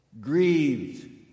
grieved